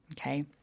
Okay